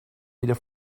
wieder